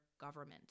government